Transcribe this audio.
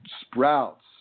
sprouts